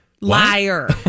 Liar